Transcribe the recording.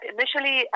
Initially